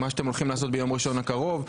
מה שאתם הולכים לעשות ביום ראשון הקרוב.